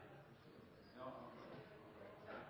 neste